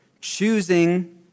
choosing